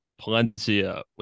palencia